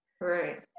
Right